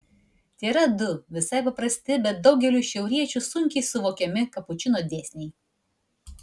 tėra du visai paprasti bet daugeliui šiauriečių sunkiai suvokiami kapučino dėsniai